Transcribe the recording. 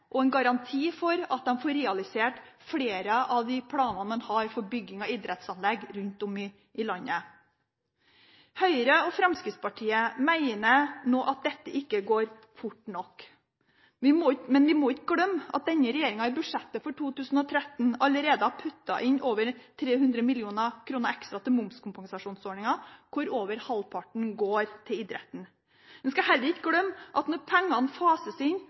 og en garanti for at de får realisert flere av de planene de har for bygging av idrettsanlegg rundt om i landet. Høyre og Fremskrittspartiet mener nå at dette ikke går fort nok, men vi må ikke glemme at denne regjeringen allerede har puttet inn over 300 mill. kr ekstra til momskompensasjonsordningen i budsjettet for 2013, hvor over halvparten går til idretten. En skal heller ikke glemme at når pengene fases inn,